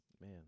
man